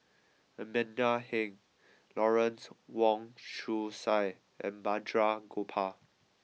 Amanda Heng Lawrence Wong Shyun Tsai and Balraj Gopal